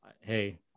Hey